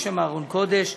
יש שם ארון קודש,